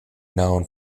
known